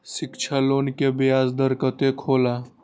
शिक्षा लोन के ब्याज दर कतेक हौला?